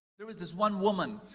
there was this one woman,